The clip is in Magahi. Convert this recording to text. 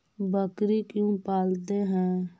बकरी क्यों पालते है?